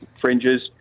fringes